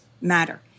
Matter